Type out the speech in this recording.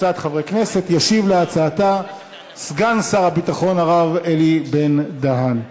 ישיב על הצעתה סגן שר הביטחון הרב אלי בן-דהן.